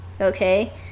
okay